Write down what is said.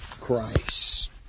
Christ